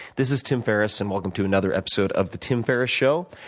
this is tim ferriss, and welcome to another episode of the tim ferriss show,